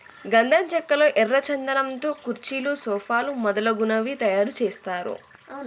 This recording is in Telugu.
గంధం చెక్కల్లో ఎర్ర చందనం తో కుర్చీలు సోఫాలు మొదలగునవి తయారు చేస్తారు